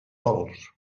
sòls